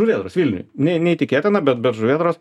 žuvėdros vilniuj neįtikėtina bet žuvėdros